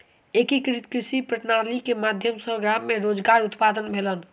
एकीकृत कृषि प्रणाली के माध्यम सॅ गाम मे रोजगार उत्पादन भेल